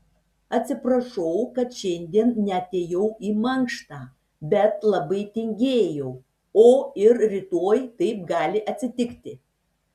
atsiprašau kad šiandien neatėjau į mankštą bet labai tingėjau o ir rytoj taip gali atsitikti